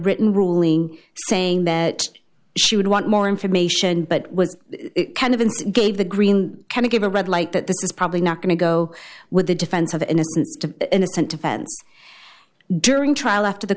written ruling saying that she would want more information but was it kind of gave the green kind of give a red light that this is probably not going to go with the defense of innocence to innocent defense during trial after the